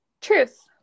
Truth